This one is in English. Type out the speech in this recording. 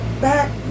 back